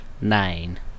Nine